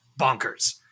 bonkers